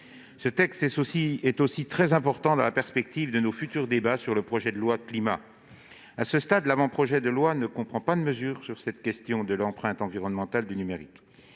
Ce texte est aussi très important dans la perspective de nos futurs débats sur le texte relatif au climat. À ce stade, l'avant-projet de loi ne comprend pas de mesures sur la question de l'empreinte environnementale du numérique